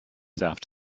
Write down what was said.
after